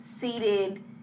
seated